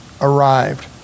arrived